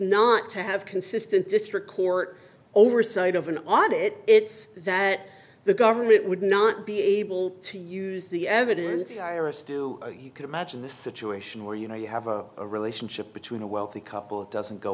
not to have consistent district court oversight of an audit it's that the government would not be able to use the evidence iris do you can imagine a situation where you know you have a relationship between a wealthy couple doesn't go